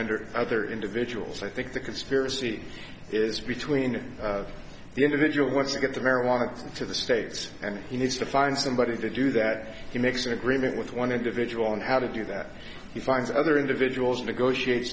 hundred other individuals i think the conspiracy is between the individual wants to get the marijuana to the states and he needs to find somebody to do that he makes an agreement with one individual on how to do that he finds other individuals negotiate